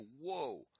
whoa